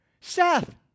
Seth